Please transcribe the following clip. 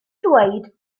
dweud